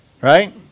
Right